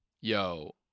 Yo